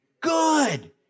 Good